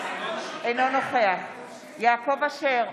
אינו נוכח יעקב אשר,